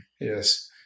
Yes